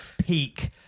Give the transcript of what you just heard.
peak